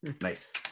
nice